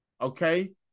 Okay